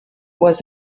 was